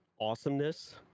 awesomeness